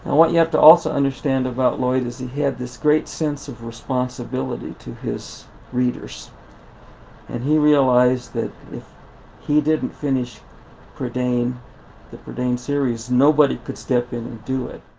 what you have to also understand about lloyd is he had this great sense of responsibility to his readers and he realized that if he didn't finish the prydain series nobody could step in and do it.